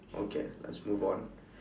okay let's move on